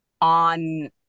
on